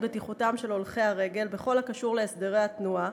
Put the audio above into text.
בטיחותם של הולכי הרגל בכל הקשור להסדרי התנועה,